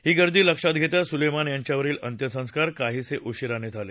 ही गर्दी लक्षात घेता सुलेमानी यांच्यावरील अंत्यसंस्कार काहिसे उशिराने झाले